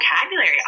vocabulary